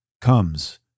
comes